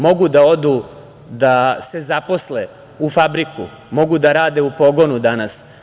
Mogu da se zaposle u fabriku, mogu da rade u pogonu danas.